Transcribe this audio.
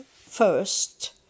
first